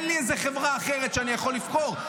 אין לי איזה חברה אחרת שאני יכול לבחור,